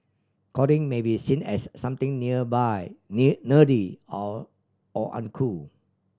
coding may be seen as something nearby near nerdy or or uncool